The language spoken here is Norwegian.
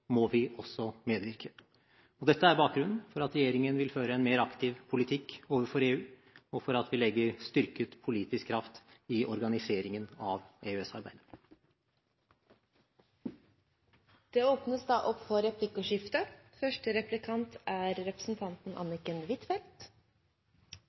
må vi også medvirke. Dette er bakgrunnen for at regjeringen vil føre en mer aktiv politikk overfor EU, og for at vi legger styrket politisk kraft i organiseringen av EØS-arbeidet. Det blir replikkordskifte. For det første